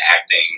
acting